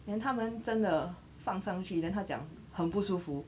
then 他们真的放上去 then 他讲很不舒服